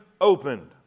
opened